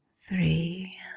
Three